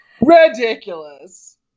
Ridiculous